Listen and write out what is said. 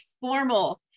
formal